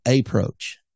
approach